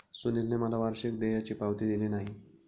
सुनीलने मला वार्षिक देयाची पावती दिली नाही